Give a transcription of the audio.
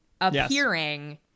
appearing